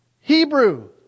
Hebrew